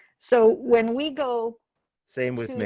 so when we go same with me.